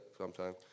sometime